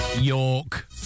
York